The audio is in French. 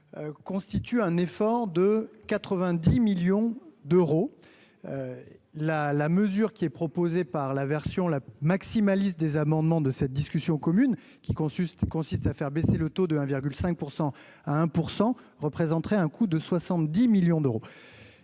constitue un effort de 90 millions d'euros. La la mesure qui est proposée par la version la maximaliste des amendements de cette discussion commune qui consiste, consiste à faire baisser le taux de 1 virgule 5 % à 1 % représenterait un coût de 70 millions d'euros,